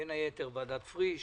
בין היתר את ועדת פריש,